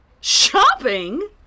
Shopping